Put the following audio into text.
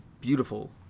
beautiful